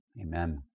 amen